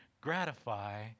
gratify